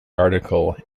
article